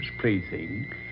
plaything